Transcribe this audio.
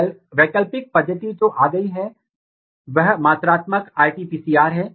जब आप cyclohexamide की उपस्थिति में डालते हैं तो यह नीचे जा रहा है